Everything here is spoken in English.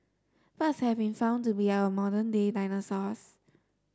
birds have been found to be our modern day dinosaurs